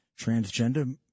transgender